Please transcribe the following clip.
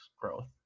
growth